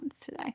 today